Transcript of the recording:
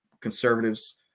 conservatives